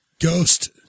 Ghost